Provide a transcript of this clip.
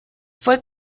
fue